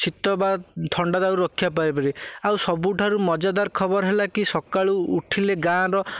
ଶୀତ ବା ଥଣ୍ଡା ଦାଉରୁ ରକ୍ଷା ପାଇପାରିବେ ଆଉ ସବୁଠାରୁ ମଜାଦାର ଖବର ହେଲାକି ସକାଳୁ ଉଠିଲେ ଗାଁର